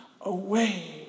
away